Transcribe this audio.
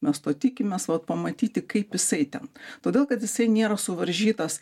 mes to tikimės vat pamatyti kaip jisai ten todėl kad jisai nėra suvaržytas